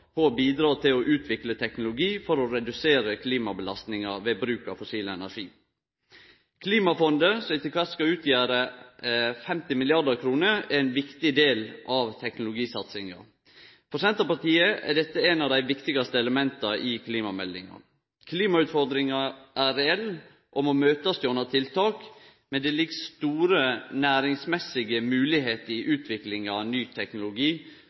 for å bidra til å utvikle teknologi for å redusere klimabelastinga ved bruk av fossil energi. Klimafondet, som etter kvart skal utgjere 50 mrd. kr, er ein viktig del av teknologisatsinga. For Senterpartiet er dette eit av dei viktigaste elementa i klimameldinga: Klimautfordringa er reell og må møtast gjennom tiltak, men det ligg store næringsmessige moglegheiter i utviklinga av ny teknologi